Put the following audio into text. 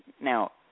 Now